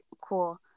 cool